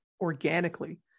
organically